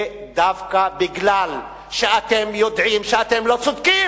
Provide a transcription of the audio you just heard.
זה דווקא מפני שאתם יודעים שאתם לא צודקים,